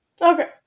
Okay